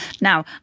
Now